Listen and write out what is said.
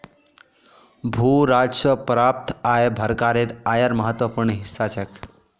भू राजस्व स प्राप्त आय सरकारेर आयेर महत्वपूर्ण हिस्सा छेक